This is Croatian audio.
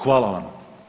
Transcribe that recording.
Hvala vam.